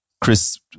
Chris